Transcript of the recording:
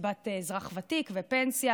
קצבת אזרח ותיק ופנסיה.